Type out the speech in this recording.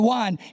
one